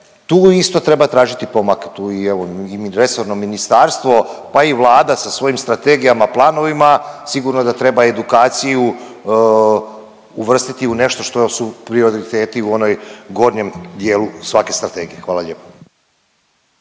tu isto treba tražiti pomak, tu i evo i resorno ministarstvo pa i Vlada sa svojim strategijama, planovima sigurno da treba edukaciju uvrstiti u nešto što su prioriteti u onoj gornjem dijelu svake strategije. Hvala lijepo.